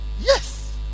Yes